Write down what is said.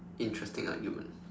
interesting argument